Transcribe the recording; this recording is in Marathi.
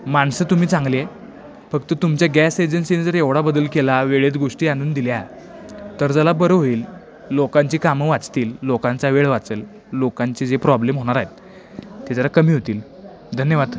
माणसं तुम्ही चांगली आहे फक्त तुमच्या गॅस एजन्सीने जर एवढा बदल केला वेळेत गोष्टी आणून दिल्या तर जरा बरं होईल लोकांची कामं वाचतील लोकांचा वेळ वाचेल लोकांचे जे प्रॉब्लेम होणार आहेत ते जरा कमी होतील धन्यवाद